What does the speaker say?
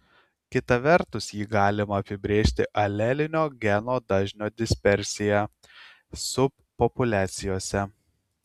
kita vertus jį galima apibrėžti alelinio geno dažnio dispersija subpopuliacijose